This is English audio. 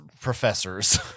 professors